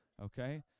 Okay